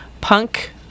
Punk